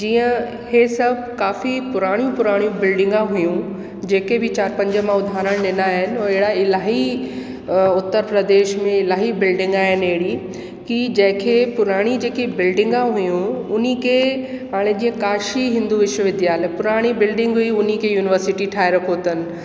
जीअं इहे सभु काफ़ी पुराणियूं पुराणियूं बिल्डिंगा हुयूं जेके बि चारि पंज मां उधारण ॾिना आहिनि उहे अहिड़ा इलाही उत्तर प्रदेश में इलाही बिल्डिंगा आहिनि अहिड़ी की जंहिंखे पुराणी जेकी बिल्डिंगा हुयूं उनी खे हाणे जीअं काशी हिंदू विश्वविद्दालय पुराणी बिल्डिंग हुई उन खे यूनिवर्सिटी ठाहे रखो अथनि